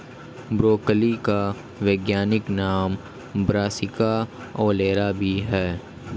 broccoli का वैज्ञानिक नाम ब्रासिका ओलेरा भी है